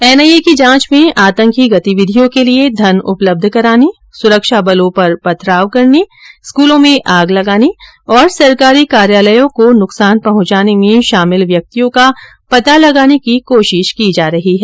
NIA की जांच में आतंकी गतिविधियों के लिए धन उपलब्ध कराने सुरक्षा बलों पर पथराव करने स्कूलों में आग लगाने और सरकारी कार्यालयों को नुकसान पहंचाने में शामिल व्यक्तियों का पता लगाने की कोशिश की जा रही है